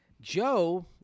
Joe